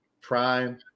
Prime